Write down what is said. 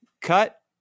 cut